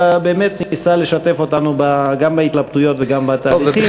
אלא באמת ניסה לשתף אותנו גם בהתלבטויות וגם בתהליכים.